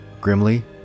Grimly